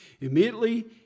Immediately